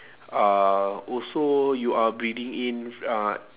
uh also you are breathing in uh